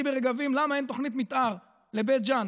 למה אין תוכנית מתאר לבית ג'ן.